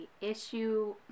issue